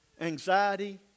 anxiety